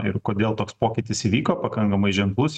ir kodėl toks pokytis įvyko pakankamai ženklus